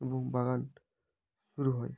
এবং বাগান শুরু হয়